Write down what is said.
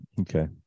okay